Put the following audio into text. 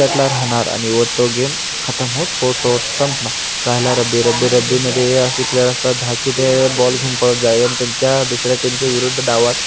त्यातला राहणार आणि व तो गेम खतम होत होतो संपणार राहिला रग्बी रग्बी रग्बीमध्ये असे प्लेयर असतात दहा की ते बॉल घेऊन पळत जाय आणि त्यांच्या दुसऱ्या टीमचे विरुद्ध डावात